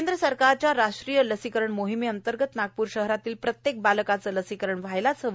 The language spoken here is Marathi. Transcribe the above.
केंद्र सरकारच्या राष्ट्रीय लसीकरण मोहिमेंतर्गत नागपूर शहरातील प्रत्येक बालकाचे लसीकरण व्हायलाच हवे